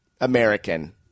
American